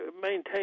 maintain